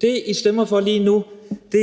Det, I stemmer for lige nu, er, at vi